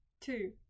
two